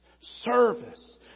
service